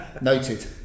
Noted